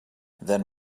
then